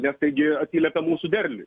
nes taigi atsiliepia mūsų derliui